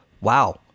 Wow